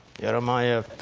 Jeremiah